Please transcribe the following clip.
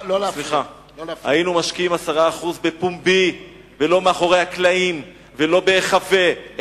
היינו משקיעים 10% בפומבי ולא מאחורי הקלעים ולא בהיחבא,